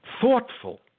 thoughtful